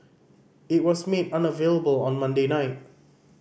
it was made unavailable on Monday night